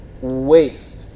waste